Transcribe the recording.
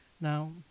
Now